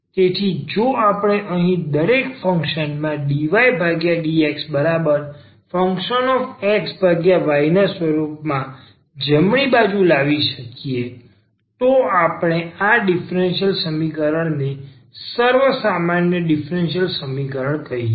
તેથી જો આપણે અહીં દરેક ફંક્શનમાં dydxfyxના રૂપમાં જમણી બાજુ લાવી શકીએ તો પછી આપણે આ ડીફરન્સીયલ સમીકરણ ને સર્વસામાન્ય ડીફરન્સીયલ સમીકરણ કહીએ